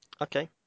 Okay